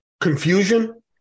confusion